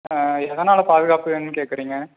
ஆ எதனால் பாதுகாப்பு வேணுன்னு கேட்குறீங்க